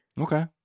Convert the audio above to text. Okay